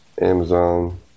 Amazon